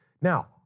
Now